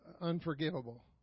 unforgivable